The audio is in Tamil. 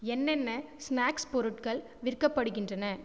என்னென்ன ஸ்நாக்ஸ் பொருட்கள் விற்கப்படுகின்றன